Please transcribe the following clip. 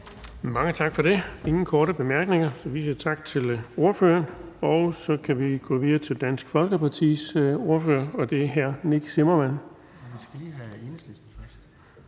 Mange tak for det. Der er ingen korte bemærkninger, så vi siger tak til ordføreren. Så kan vi gå videre til Dansk Folkepartis ordfører, og det er hr. Nick Zimmermann.